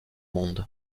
monde